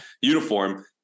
uniform